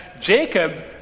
Jacob